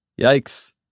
Yikes